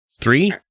Three